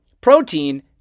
Protein